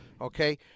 okay